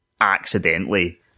accidentally